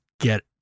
get